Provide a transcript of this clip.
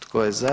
Tko je za?